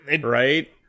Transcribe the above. Right